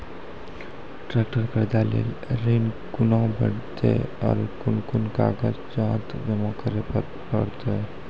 Tractor खरीदै लेल ऋण कुना भेंटते और कुन कुन कागजात जमा करै परतै?